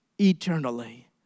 eternally